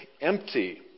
empty